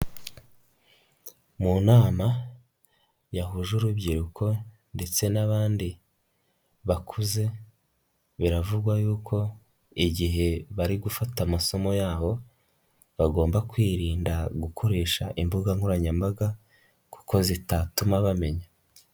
Mu nama yahuje urubyiruko ndetse n'abandi bakuze, biravugwa yuko igihe bari gufata amasomo yabo bagomba kwirinda gukoresha imbuga nkoranyambaga kuko zitatuma bamenya.